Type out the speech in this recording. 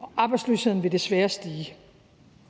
og arbejdsløsheden desværre vil stige.